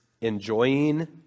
enjoying